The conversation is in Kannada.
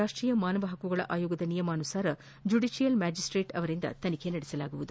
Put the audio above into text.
ರಾಷ್ಷೀಯ ಮಾನವ ಪಕ್ಷುಗಳ ಆಯೋಗದ ನಿಯಮಾನುಸಾರ ಜುಡಿಷಿಯಲ್ ಮ್ಯಾಜಿಸ್ಲೇಟ್ ಅವರಿಂದ ತನಿಖೆ ನಡೆಸಲಾಗುವುದು